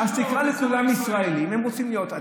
אז תקרא לכולם ישראלים, הם רוצים להיות.